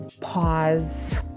pause